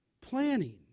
Planning